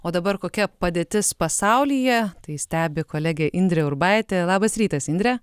o dabar kokia padėtis pasaulyje tai stebi kolegė indrė urbaitė labas rytas indre